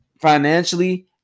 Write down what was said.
financially